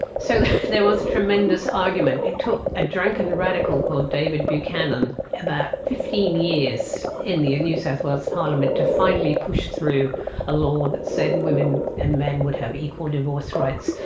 so there was tremendous argument. it took a drunken radical called david buchanan about fifteen years in the new south wales parliament to finally push through a law that said women and men would have equal divorce rights.